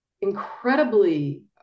incredibly